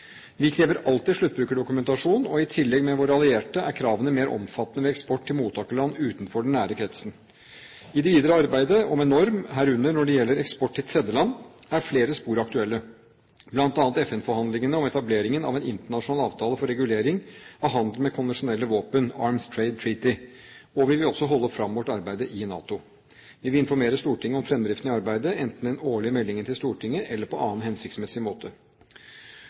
Vi krever alltid sluttbrukerdokumentasjon, og i likhet med våre allierte er kravene mer omfattende ved eksport til mottakerland utenfor den nære kretsen. I det videre arbeidet med en norm, herunder eksport til tredjeland, er flere spor aktuelle, bl.a. FN-forhandlingene om etableringen av en internasjonal avtale for regulering av handel med konvensjonelle våpen, Arms Trade Treaty. Vi vil også holde fram med vårt arbeid i NATO. Vi vil informere Stortinget om fremdriften i arbeidet enten i den årlige meldingen til Stortinget, eller på annen hensiktsmessig måte.